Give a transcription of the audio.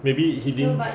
maybe he didn't